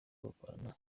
dukorana